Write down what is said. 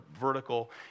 vertical